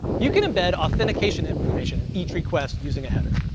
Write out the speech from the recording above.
you can embed authentication information in each request using a header.